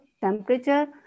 temperature